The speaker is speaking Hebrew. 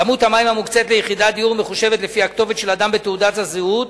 כמות המים המוקצית ליחידת דיור מחושבת לפי הכתובת של אדם בתעודת הזהות.